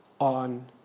on